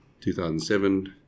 2007